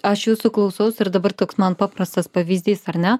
aš jūsų klausaus ir dabar man paprastas pavyzdys ar ne